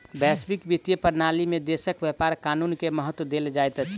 वैश्विक वित्तीय प्रणाली में देशक व्यापार कानून के महत्त्व देल जाइत अछि